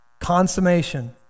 Consummation